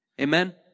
Amen